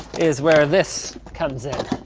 is where this comes in.